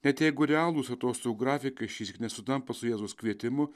net jeigu realūs atostogų grafikai šiek tiek nesutampa su jėzaus kvietimu